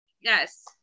Yes